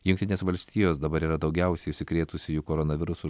jungtinės valstijos dabar yra daugiausiai užsikrėtusiųjų koronavirusu